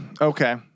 Okay